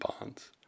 bonds